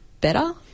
better